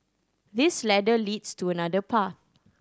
this ladder leads to another path